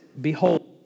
Behold